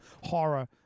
horror